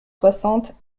soixante